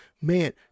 Man